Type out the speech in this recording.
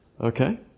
Okay